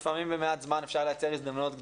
לפעמים במעט זמן אפשר לייצר הזדמנויות גדולות.